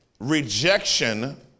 Rejection